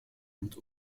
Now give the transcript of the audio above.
und